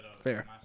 Fair